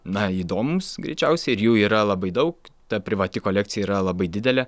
na įdomūs greičiausiai ir jų yra labai daug ta privati kolekcija yra labai didelė